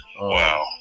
Wow